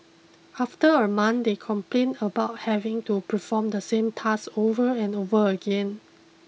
after a month they complained about having to perform the same task over and over again